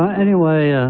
anyway,